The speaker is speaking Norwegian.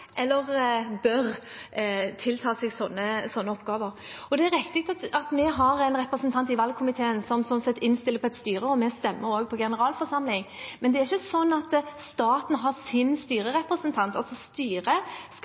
eller bør ta på seg slike oppgaver. Det er riktig at vi har en representant i valgkomiteen som sånn sett innstiller på et styre, og vi stemmer også på generalforsamlingen, men det er ikke sånn at staten har sin styrerepresentant. Styret